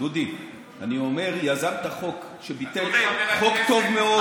דודי, אני אומר: יזמת חוק שביטל, חוק טוב מאוד.